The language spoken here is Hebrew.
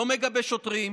לא מגבה שוטרים,